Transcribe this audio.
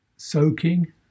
soaking